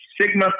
Sigma